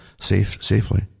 Safely